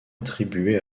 attribuée